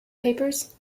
papers